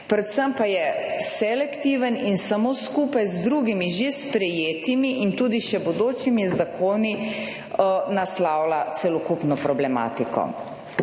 Predvsem pa je selektiven in samo skupaj z drugimi že sprejetimi in tudi še bodočimi zakoni naslavlja celokupno problematiko.